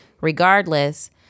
Regardless